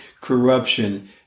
corruption